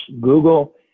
Google